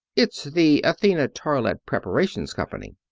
it's the athena toilette preparations company.